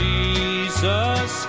Jesus